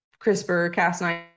CRISPR-Cas9